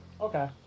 Okay